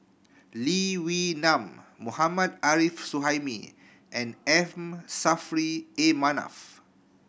Lee Wee Nam Mohammad Arif Suhaimi and M Saffri A Manaf